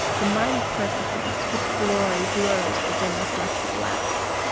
the mighty perfectness with glory blurs the dim-reflected less.